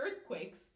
earthquakes